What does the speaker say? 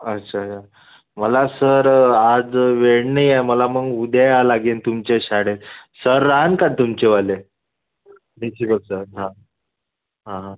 अच्छा या मला सर आज वेळ नाही आहे मला मग उद्या यावे लागेल तुमच्या शाळेत सर राहील का तुमचेवाले प्रिन्चिपोल सर हां हां हां